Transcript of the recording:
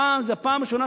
הפעם זו הפעם הראשונה,